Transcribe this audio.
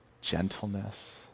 gentleness